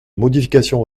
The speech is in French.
modification